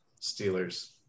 Steelers